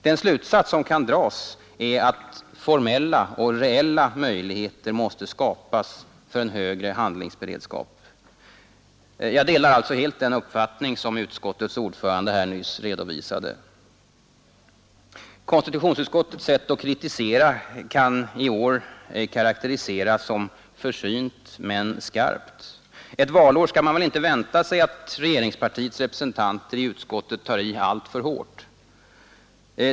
Den slutsats som kan dras är att formella och reella möjligheter måste skapas för en högre handlingsberedskap. Jag delar alltså den uppfattning som utskottets ordförande nyss redovisade. Konstitutionsutskottets sätt att kritisera kan i år karakteriseras som försynt men skarpt. Ett valår skall man väl inte vänta sig att regeringspartiets representanter i utskottet tar i alltför hårt.